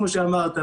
כמו שאמרת,